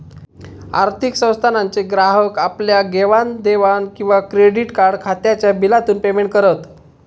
आर्थिक संस्थानांचे ग्राहक आपल्या घेवाण देवाण किंवा क्रेडीट कार्ड खात्याच्या बिलातून पेमेंट करत